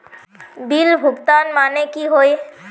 Bill भुगतान माने की होय?